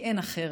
כי אין אחרת,